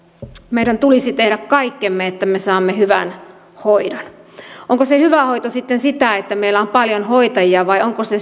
meidän tulisi tehdä kaikkemme että me saamme hyvän hoidon onko se hyvä hoito sitten sitä että meillä on paljon hoitajia vai onko se